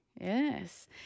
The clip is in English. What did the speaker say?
Yes